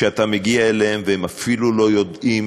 שאתה מגיע אליהם והם אפילו לא יודעים